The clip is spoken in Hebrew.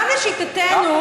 גם לשיטתנו,